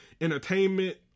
Entertainment